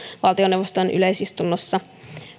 valtioneuvoston yleisistunnossa